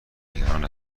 نگران